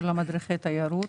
ליווינו מדריכי תיירות